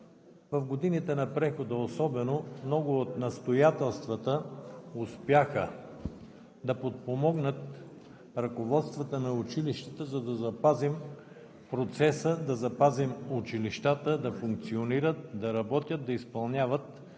В годините на прехода особено много от настоятелствата успяха да подпомогнат ръководствата на училищата, за да запазим процеса, да запазим училищата да функционират, да работят, да изпълняват